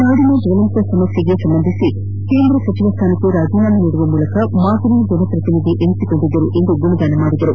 ನಾಡಿನ ಜ್ವಲಂತ ಸಮಸ್ಯೆಗಳಿಗೆ ಸಂಬಂಧಿಸಿ ಕೇಂದ್ರ ಸಚಿವ ಸ್ಥಾನಕ್ಕೆ ರಾಜೀನಾಮೆ ನೀಡುವ ಮೂಲಕ ಮಾದರಿ ಜನಪ್ರತಿನಿಧಿ ಎನ್ನಿಸಿಕೊಂಡಿದ್ದರು ಎಂದು ಗುಣಗಾನ ಮಾಡಿದರು